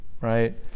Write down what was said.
Right